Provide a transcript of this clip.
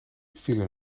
vielen